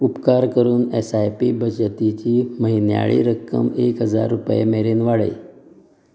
उपकार करून एसआयपी बचतीची म्हयन्याळी रक्कम एक हजार रुपया मेरेन वाडय